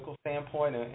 standpoint